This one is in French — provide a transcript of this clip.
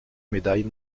médailles